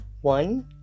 One